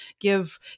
give